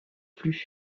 plus